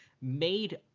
made